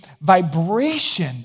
vibration